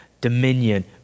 dominion